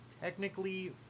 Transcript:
technically